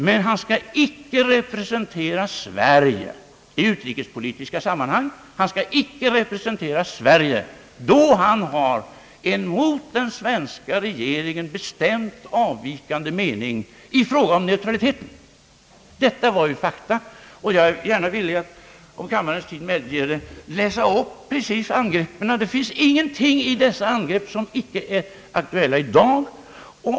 Men han bör icke representera Sverige i utrikespolitiska sammanhang, då han har en gentemot den svenska regeringen avvikande mening i fråga om neutraliteten. Detta är ju fakta, och jag är gärna villig att — om kammarens tid det medgåve — läsa upp angreppen. Det finns ingenting i dessa angrepp som inte är aktuella i dag.